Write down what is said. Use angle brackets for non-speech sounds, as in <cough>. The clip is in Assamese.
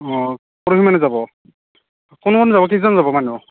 অ <unintelligible> যাব কোন কোন যাব কেইজন যাব মানুহ